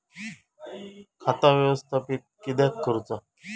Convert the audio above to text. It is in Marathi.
खाता व्यवस्थापित किद्यक करुचा?